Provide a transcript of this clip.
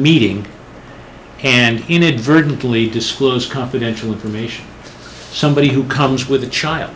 meeting and inadvertently disclose confidential information somebody who comes with a child